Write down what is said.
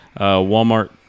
Walmart